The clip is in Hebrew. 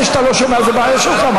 זה שאתה לא שומע זה בעיה שלך.